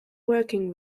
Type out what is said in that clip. working